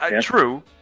True